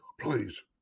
please